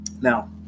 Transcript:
Now